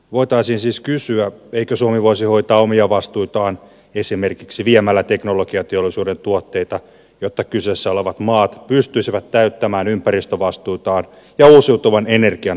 voitaisiin siis kysyä eikö suomi voisi hoitaa omia vastuitaan esimerkiksi viemällä teknologiateollisuuden tuotteita jotta kyseessä olevat maat pystyisivät täyttämään ympäristövastuitaan ja uusiutuvan energian tuotantovastuitaan